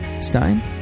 Stein